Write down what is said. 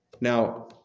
Now